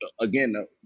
again